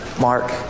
Mark